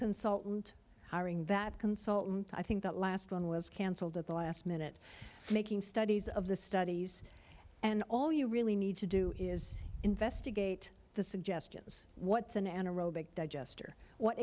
consultant hiring that consultant i think that last one was cancelled at the last minute making studies of the studies and all you really need to do is investigate the suggestions what's an anaerobic digester what